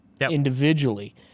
individually